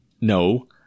No